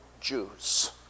Jews